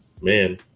Man